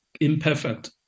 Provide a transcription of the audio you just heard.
imperfect